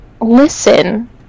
listen